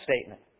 statement